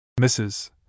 Mrs